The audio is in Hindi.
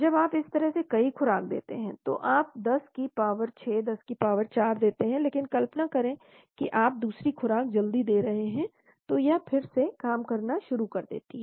जब आप इस तरह से कई खुराक देते हैं तो आप 10 की पावर 6 पावर 4 देते हैं लेकिन कल्पना करें कि आप दूसरी खुराक जल्दी दे रहे हैं तो यह फिर से काम करना शुरू कर देती है